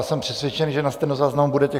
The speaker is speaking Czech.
Jsem přesvědčen, že na stenozáznamu bude těch 18.00.